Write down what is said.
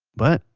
but,